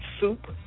soup